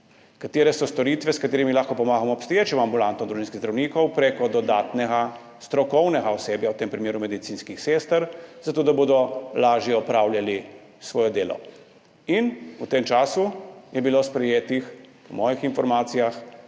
katere so storitve, s katerimi lahko pomagamo obstoječim ambulantam družinskih zdravnikov preko dodatnega strokovnega osebja, v tem primeru medicinskih sester, da bodo lažje opravljali svoje delo. In v tem času je bilo sprejetih, po mojih informacijah,